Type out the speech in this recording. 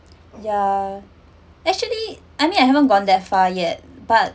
ya actually I mean I haven't gone that far yet but